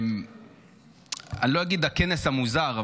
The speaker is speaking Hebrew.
מסגד אל-אקצא, למוסלמים.